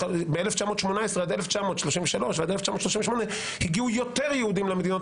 ב-1918 עד 1933 ועד 1938 הגיעו יותר יהודים למדינות